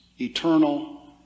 eternal